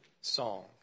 song